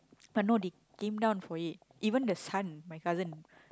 but no they came down for it even the son my cousin